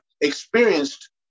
experienced